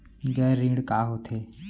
गैर ऋण का होथे?